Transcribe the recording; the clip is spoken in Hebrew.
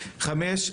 חמש,